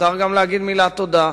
מותר גם להגיד מילת תודה.